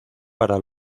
para